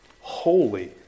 Holy